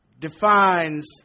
defines